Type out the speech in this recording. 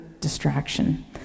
distraction